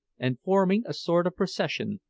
and forming a sort of procession,